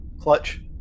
Clutch